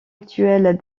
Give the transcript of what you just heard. actuelle